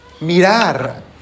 mirar